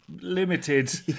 limited